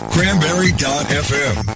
Cranberry.fm